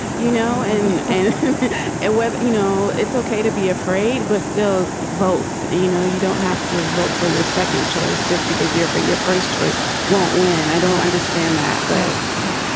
you know, and and ah with, you know, it's ok to be afraid, but still votes, you know, you don't have to vote for your second choice just because you're for your first choice won't win. i don't understand that but yeah,